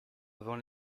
avant